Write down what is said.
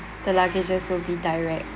the luggages will be direct